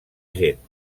gent